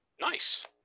Nice